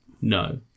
no